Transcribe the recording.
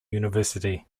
university